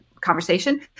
conversation